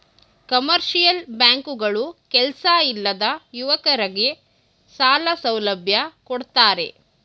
commercial bank ಗಳು ಕೆಲ್ಸ ಇಲ್ಲದ ಯುವಕರಗೆ ಸಾಲ ಸೌಲಭ್ಯ ಕೊಡ್ತಾರೆ